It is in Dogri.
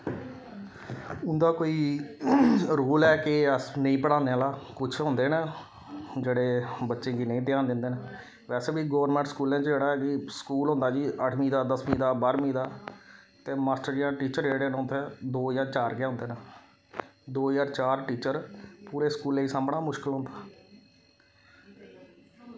उंदा कोई रोल ऐ के अस नेईं पढ़ाने आह्ला किश होंदे न जेह्ड़े बच्चें गी नेईं ध्यान दिंदे न बैसे बी गौरमेंट स्कूलें च जेह्ड़ा कि स्कूल होंदा कि अठमीं दा दसमीं दा बाह्रमीं दा ते मास्टर जां टीचर जेह्ड़े न उत्थै दो जां चार गै होंदे न दो जां चार टीचर पूरे स्कूलै गी सांभना मुश्कल होंदा